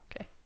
okay